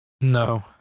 No